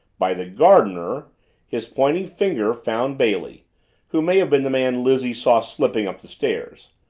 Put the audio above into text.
by the gardener his pointing finger found bailey who may have been the man lizzie saw slipping up the stairs.